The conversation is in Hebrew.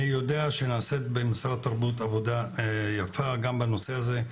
אני יודע שנעשית במשרד התרבות עבודה יפה גם בנושא הזה.